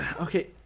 okay